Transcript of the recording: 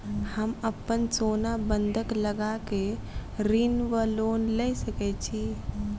हम अप्पन सोना बंधक लगा कऽ ऋण वा लोन लऽ सकै छी?